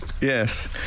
Yes